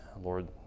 Lord